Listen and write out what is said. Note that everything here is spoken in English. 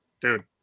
dude